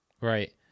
Right